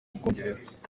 bwongereza